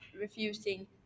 refusing